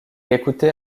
écoutait